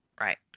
Right